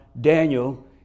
Daniel